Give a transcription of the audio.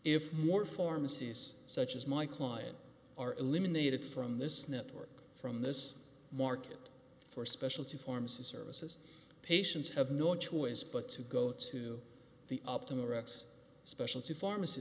if more pharmacies such as my client are eliminated from this network from this market for specialty forms and services patients have no choice but to go to the optimal rx specialty pharmacy